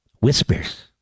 whispers